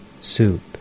soup